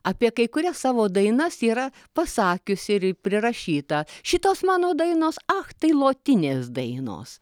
apie kai kurias savo dainas yra pasakiusi ir prirašyta šitos mano dainos ach tai lotinės dainos